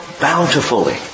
bountifully